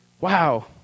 wow